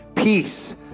Peace